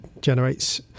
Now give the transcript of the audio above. generates